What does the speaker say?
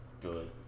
good